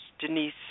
Denise